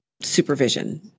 supervision